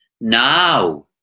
Now